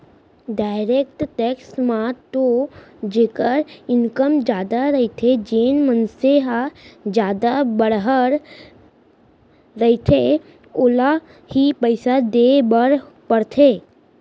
direct tax म तो जेखर इनकम जादा रहिथे जेन मनसे ह जादा बड़हर रहिथे ओला ही पइसा देय बर परथे